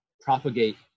propagate